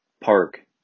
park